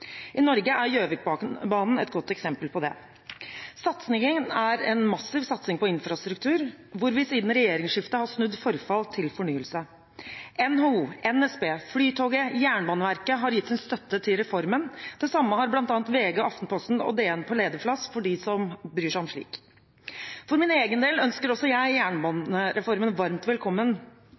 I Norge er Gjøvikbanen et godt eksempel på det. Satsingen er en massiv satsing på infrastruktur, hvor vi siden regjeringsskiftet har snudd forfall til fornyelse. NHO, NSB, Flytoget og Jernbaneverket har gitt sin støtte til reformen. Det samme har bl.a. VG, Aftenposten og DN på lederplass – for dem som bryr seg om slikt. For min egen del ønsker også jeg jernbanereformen varmt velkommen.